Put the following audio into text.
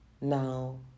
Now